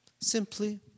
simply